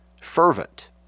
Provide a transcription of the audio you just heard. fervent